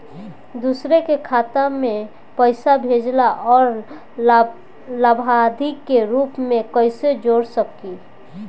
दूसरे के खाता में पइसा भेजेला और लभार्थी के रूप में कइसे जोड़ सकिले?